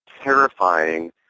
terrifying